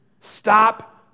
Stop